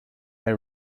they